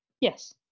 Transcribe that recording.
yes